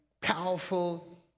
powerful